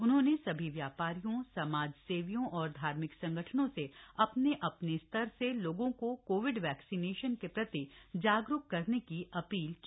उन्होंने सभी व्यापारियों समाजसेवियों और धार्मिक सगंठनों से अपने अपने स्तर से लोगों को कोविड वैक्सीनेशन के प्रति जागरूक करने की अपील की